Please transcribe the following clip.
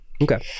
Okay